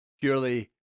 purely